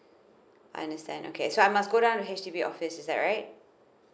I understand okay so I must go down the H_D_B office is that right